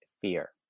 fear